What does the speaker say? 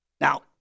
Now